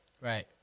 Right